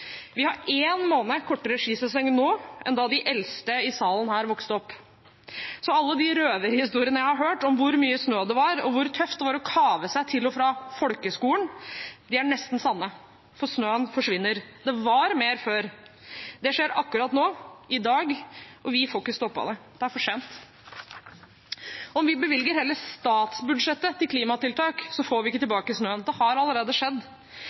Vi har én måned kortere skisesong nå enn da de eldste her i salen vokste opp – så alle de røverhistoriene jeg har hørt om hvor mye snø det var, og hvor tøft det var å kave seg til og fra folkeskolen, er nesten sanne. For snøen forsvinner; det var mer før. Det skjer akkurat nå, i dag, og vi får ikke stoppet det. Det er for sent. Om vi bevilger hele statsbudsjettet til klimatiltak, får vi ikke tilbake snøen. Det har allerede skjedd.